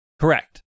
Correct